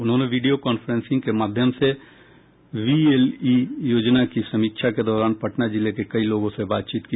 उन्होंने video conferencing के माध्यम से वीएलई योजना की समीक्षा के दौरान पटना जिले के कई लोगों से बातचीत की